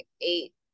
eight